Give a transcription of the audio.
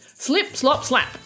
Slip-slop-slap